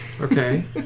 Okay